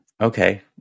Okay